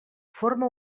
forma